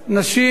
נשים,